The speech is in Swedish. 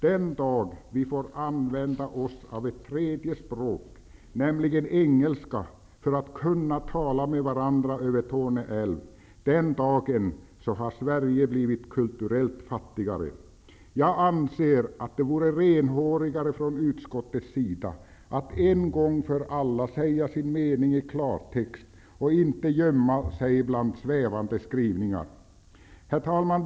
Den dag vi får använda oss av ett tredje språk, nämligen engelskan, för att kunna tala med varandra över Torneälven, den dagen har Sverige blivit kulturellt fattigare. Jag anser att det vore renhårigare från utskottets sida att en gång för alla säga sin mening i klartext och inte gömma sig bland svävande skrivningar. Herr talman!